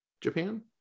Japan